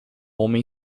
homem